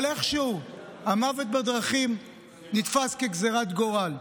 אבל איכשהו המוות בדרכים נתפס כגזרת גורל,